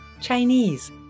Chinese